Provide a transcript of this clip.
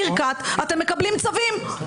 אתם מקבלים צווים בצורה חלקה.